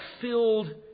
filled